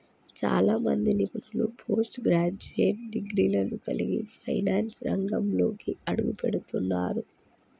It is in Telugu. చాలా మంది నిపుణులు పోస్ట్ గ్రాడ్యుయేట్ డిగ్రీలను కలిగి ఫైనాన్స్ రంగంలోకి అడుగుపెడుతున్నరు